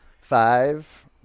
five